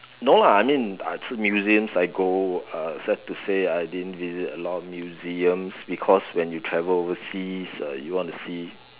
no lah I mean uh museums I go uh sad to say I didn't visit a lot of museums because when you travel overseas uh you want to see